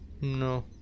No